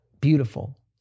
beautiful